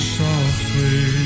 softly